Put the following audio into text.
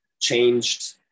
changed